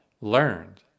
learned